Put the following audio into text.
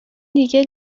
دیگه